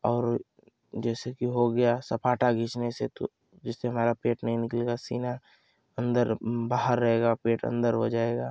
और जैसे कि हो गया सपाटा खींचने से तो जिससे हमारा पेट नहीं निकलेगा सीना अंदर बाहार रहेगा पेट अंदर हो जाएगा